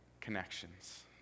connections